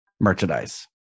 merchandise